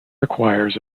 requires